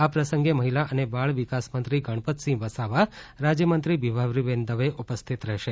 આ પ્રસંગે મહિલા અને બાળ વિકાસ મંત્રી ગણપતસિંહ વસાવા રાજ્યમંત્રી વિભાવરીબેન દવે ઉપસ્થિત રહેશે